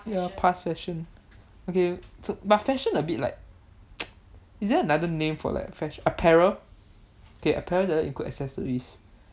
past fashion okay but fashion a bit like is there another name for like fash~ apparel okay apparel doesn't include accessories